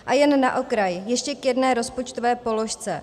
A jen na okraj ještě k jedné rozpočtové položce.